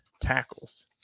tackles